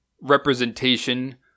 Representation